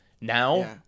Now